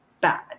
bad